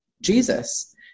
Jesus